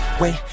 wait